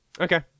Okay